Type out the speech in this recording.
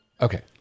Okay